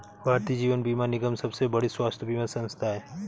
भारतीय जीवन बीमा निगम सबसे बड़ी स्वास्थ्य बीमा संथा है